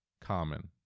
common